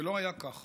זה לא היה כך.